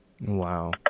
Wow